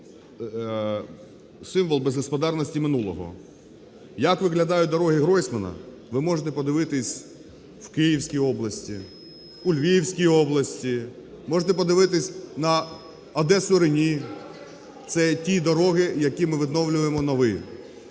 це символ безгосподарності минулого. Як виглядають дороги Гройсмана, ви можете подивитись в Київській області, у Львівській області, можете подивитись на Одесу – Рені. Це ті дороги, які ми відновлюємо нові.